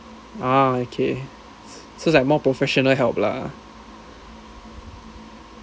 ah okay so it's like more professional help lah